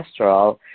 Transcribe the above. cholesterol